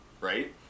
right